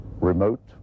remote